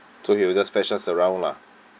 so he will just fetch us around lah